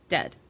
Dead